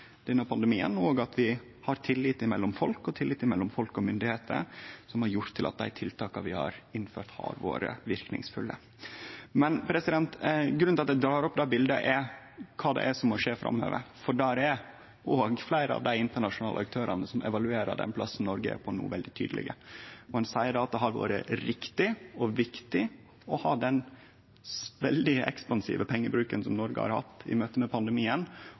denne pandemien, og at vi har tillit mellom folk og tillit mellom folk og myndigheiter, noko som har gjort at dei tiltaka vi har innført, har vore verknadsfulle. Grunnen til at eg drar opp det bildet, er kva som må skje framover. For det er òg fleire av dei internasjonale aktørane som evaluerer den plassen Noreg er på no, som veldig tydeleg seier at det har vore riktig og viktig å ha den veldig ekspansive pengebruken Noreg har hatt i møte med pandemien,